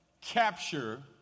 capture